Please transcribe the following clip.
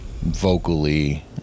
vocally